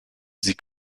sie